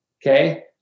Okay